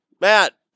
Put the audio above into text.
Matt